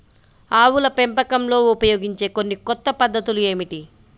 ఆవుల పెంపకంలో ఉపయోగించే కొన్ని కొత్త పద్ధతులు ఏమిటీ?